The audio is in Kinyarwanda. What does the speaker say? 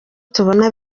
tubona